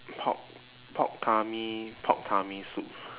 pork pork tummy pork tummy soup